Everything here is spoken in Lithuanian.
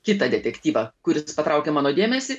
kitą detektyvą kuris patraukė mano dėmesį